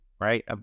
right